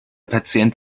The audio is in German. patient